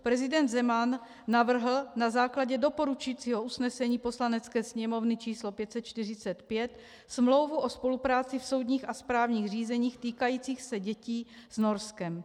Prezident Zeman navrhl na základě doporučujícího usnesení Poslanecké sněmovny č. 545 smlouvu o spolupráci v soudních a správních řízeních týkajících se dětí s Norskem.